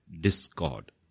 discord